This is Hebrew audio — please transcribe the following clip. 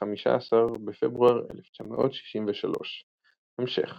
15 בפברואר 1963; המשך